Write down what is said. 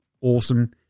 Awesome